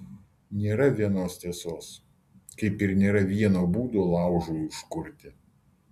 nėra vienos tiesos kaip ir nėra vieno būdo laužui užkurti